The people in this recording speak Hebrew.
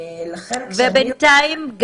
ובינתיים,